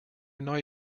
neue